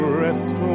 rest